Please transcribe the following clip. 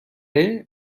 day